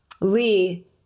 Lee